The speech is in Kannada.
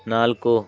ನಾಲ್ಕು